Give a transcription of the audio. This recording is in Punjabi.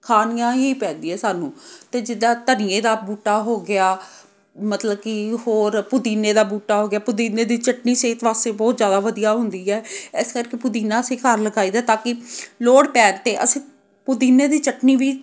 ਖਾਣੀਆਂ ਹੀ ਪੈਂਦੀਆਂ ਸਾਨੂੰ ਅਤੇ ਜਿੱਦਾਂ ਧਨੀਏ ਦਾ ਬੂਟਾ ਹੋ ਗਿਆ ਮਤਲਬ ਕਿ ਹੋਰ ਪੁਦੀਨੇ ਦਾ ਬੂਟਾ ਹੋ ਗਿਆ ਪੁਦੀਨੇ ਦੀ ਚਟਨੀ ਸਿਹਤ ਵਾਸਤੇ ਬਹੁਤ ਜ਼ਿਆਦਾ ਵਧੀਆ ਹੁੰਦੀ ਹੈ ਇਸ ਕਰਕੇ ਪੁਦੀਨਾ ਅਸੀਂ ਘਰ ਲਗਾਈ ਦਾ ਤਾਂ ਕਿ ਲੋੜ ਪੈਣ 'ਤੇ ਅਸੀਂ ਪੁਦੀਨੇ ਦੀ ਚਟਨੀ ਵੀ